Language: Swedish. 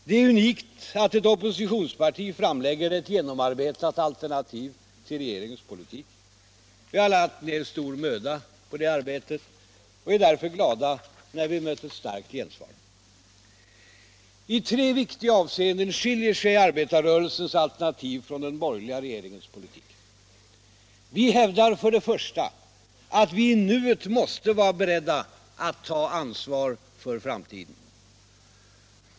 Det är unikt att ett oppositionsparti framlägger ett genomarbetat alternativ till regeringens politik. Vi har lagt ner stor möda på detta arbete och är därför glada när vi mött ett starkt gensvar. I tre viktiga avseenden skiljer sig arbetarrörelsens alternativ från den borgerliga regeringens politik. Vi hävdar för det första att vi i nuet måste vara beredda att ta ansvar för framtiden.